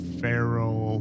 feral